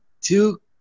Two